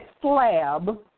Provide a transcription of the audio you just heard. slab